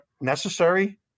necessary